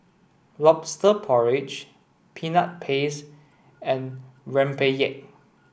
lobster porridge peanut paste and Rempeyek